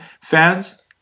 fans